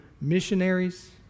missionaries